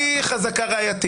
משהו בשרשרת לא מסתדר לי.